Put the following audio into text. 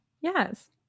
Yes